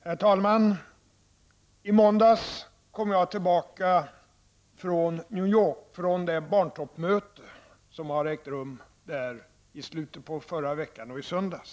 Herr talman! I måndags kom jag tillbaka från New York och det barntoppmöte som ägde rum där i slutet av förra veckan och i söndags.